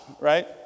right